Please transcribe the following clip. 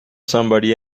somebody